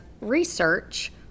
research